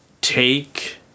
take